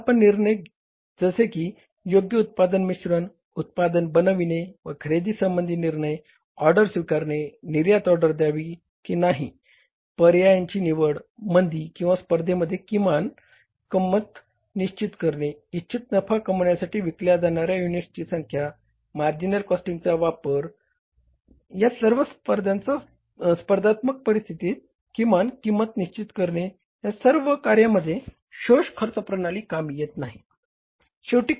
व्यवस्थापन निर्णय जसे की योग्य उत्पादन मिश्रण उत्पादन बनविणे व खरेदी संबंधी निर्णय ऑर्डर स्वीकारणे निर्यात ऑर्डर घावी की नाही पर्यायांची निवड मंदी किंवा स्पर्धेमध्ये किमान किंमत निश्चित करणे इच्छित नफा कमविण्यासाठी विकल्या जाणाऱ्या युनिट्सची संख्या मार्जिनल कॉस्टिंगचा वापर करून स्पर्धात्मक परिस्थितीत किमान किंमत निश्चित करणे ह्या सर्व कार्यांमध्ये शोष खर्च प्रणाली कामी येत नाही